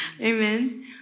Amen